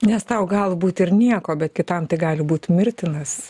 nes tau galbūt ir nieko bet kitam tai gali būti mirtinas